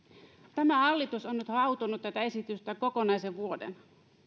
tämä hallitus on nyt hautonut tätä esitystä kokonaisen vuoden